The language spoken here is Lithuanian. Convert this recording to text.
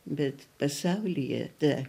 bet pasaulyje ta